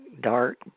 dark